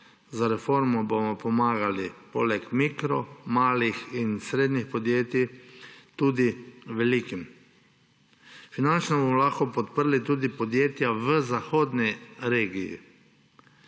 za reformo bomo pomagali poleg mikro-, malih in srednjih podjetij tudi velikim. Finančno bomo lahko podprli tudi podjetja v zahodni regiji.